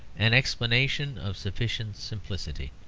an explanation of sufficient simplicity.